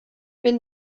been